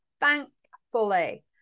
Thankfully